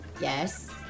Yes